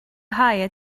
hire